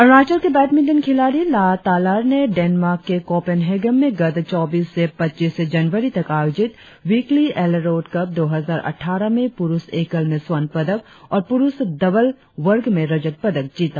अरुणाचल के बेडमिनटन खिलाड़ी ला तालर ने डेन्मार्क के कोपेनहेगन में गत चौबीस से पच्चीस जनवरी तक आयोजित विक्ली एलेरोड कप दो हजार अटठारह में पुरुष एकल में स्वर्ण पदक और पुरुष डबल वर्ग में रजद पदक जिता